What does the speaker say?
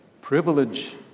privilege